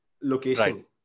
location